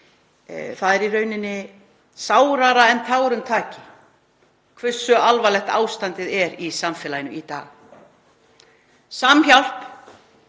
það er í rauninni þyngra en tárum taki hversu alvarlegt ástandið er í samfélaginu í dag. Samhjálp